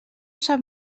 sap